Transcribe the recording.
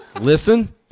listen